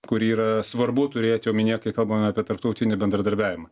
kurį yra svarbu turėti omenyje kai kalbame apie tarptautinį bendradarbiavimą